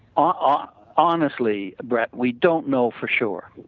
ah honestly brett, we don't know for sure.